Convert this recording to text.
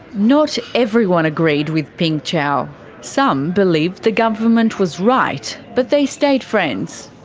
not everyone agreed with ping cao some believed the government was right. but they stayed friends.